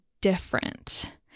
different